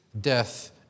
death